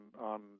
on